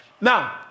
Now